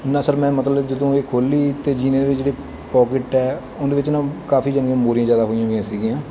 ਨਾ ਸਰ ਮੈਂ ਮਤਲਬ ਜਦੋਂ ਇਹ ਖੋਲ੍ਹੀ ਅਤੇ ਜੀਨ ਜਿਹੜੇ ਇਹਦੇ ਪੋਕਿਟ ਹੈ ਉਹਦੇ ਵਿੱਚ ਨਾ ਕਾਫ਼ੀ ਜਾਣੀ ਕਿ ਮੋਰੀਆਂ ਜ਼ਿਆਦਾ ਹੋਈਆਂ ਵੀਆਂ ਸੀਗੀਆਂ